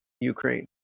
Ukraine